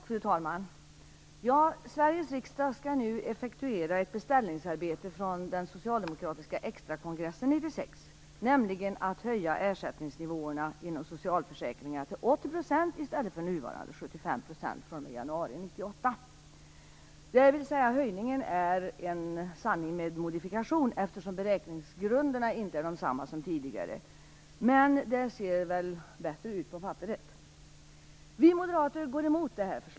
Fru talman! Sveriges riksdag skall nu effektuera ett beställningsarbete från den socialdemokratiska extrakongressen 1996, nämligen att höja ersättningsnivåerna inom socialförsäkringarna från januari 1998 till 80 % i stället för nuvarande 75 %. Höjningen är en sanning med modifikation, eftersom beräkningsgrunderna inte är desamma som tidigare. Men det ser väl bättre ut på papperet. Vi moderater är emot förslaget.